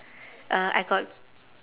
uh I got